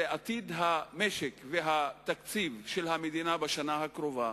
זה עתיד המשק והתקציב של המדינה בשנה הקרובה,